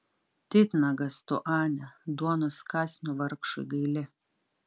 titnagas tu ane duonos kąsnio vargšui gaili